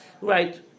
right